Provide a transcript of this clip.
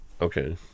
Okay